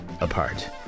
apart